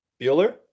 Bueller